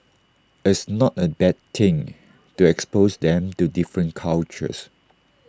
it's not A bad thing to expose them to different cultures